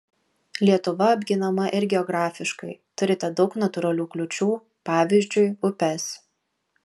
lietuva apginama ir geografiškai turite daug natūralių kliūčių pavyzdžiui upes